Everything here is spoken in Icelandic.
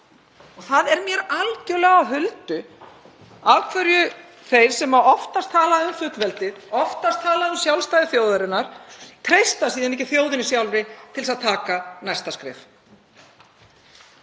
Það er mér algjörlega á huldu af hverju þeir sem oftast tala um fullveldið, oftast tala um sjálfstæði þjóðarinnar, treysta síðan ekki þjóðinni sjálfri til að taka næsta skref.